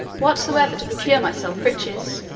whatsoever, to procure myself riches.